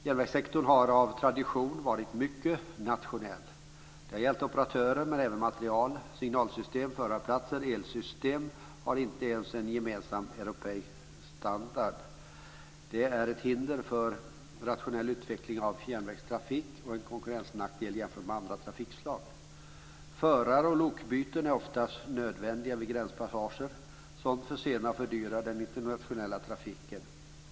Järnvägssektorn har av tradition varit mycket nationell. Det har gällt operatörer men även materiel. Signalsystem, förarplatser och elsystem har inte ens en gemensam europeisk standard. Det är ett hinder för en rationell utveckling av järnvägstrafik och en konkurrensnackdel jämfört med andra trafikslag. Förar och lokbyten är oftast nödvändiga vid gränspassager. Sådant försenar och fördyrar den internationella trafiken.